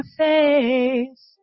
face